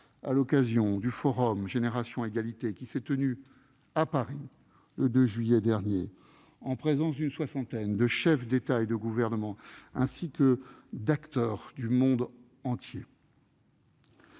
à l'occasion du Forum Génération Égalité, qui s'est tenu à Paris le 2 juillet dernier, en présence d'une soixantaine de chefs d'État et de gouvernement, ainsi que d'acteurs du monde entier.